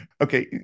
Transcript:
Okay